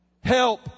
Help